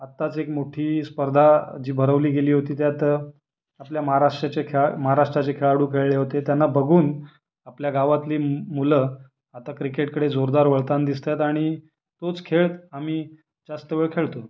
आत्ताच एक मोठी स्पर्धा जी भरवली गेली होती त्यात आपल्या महाराष्ट्राचे खेळा महाराष्ट्राचे खेळाडू खेळले होते त्यांना बघून आपल्या गावातली मुलं आता क्रिकेटकडे जोरदार वळतान दिसत आहेत आणि तोच खेळ आम्ही जास्त वेळ खेळतो